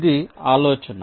ఇది ఆలోచన